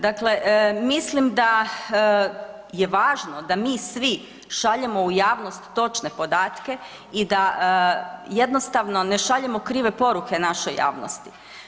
Dakle, mislim da je važno da mi svi šaljemo u javnost točne podatke i da jednostavno ne šaljemo krive poruke našoj javnosti.